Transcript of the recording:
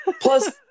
Plus